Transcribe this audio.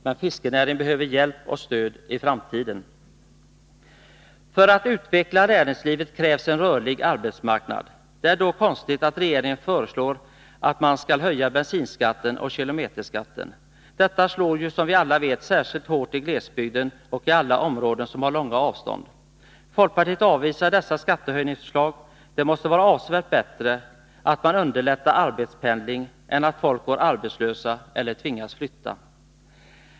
Men fiskenäringen behöver hjälp och stöd i framtiden. För att utveckla näringslivet krävs en rörlig arbetsmarknad. Det är då konstigt att regeringen föreslår att man skall höja bensinskatten och kilometerskatten. Detta slår ju, som vi alla vet, särskilt hårt i glesbygden och i alla områden som har långa avstånd. Folkpartiet avvisar dessa skattehöjningsförslag. Det måste vara avsevärt bättre, om man underlättar arbetspendling än om folk går arbetslösa eller tvingas flytta.